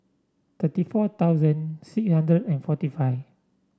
thirty four thousand six hundred and forty five